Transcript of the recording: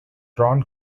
drawn